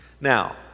Now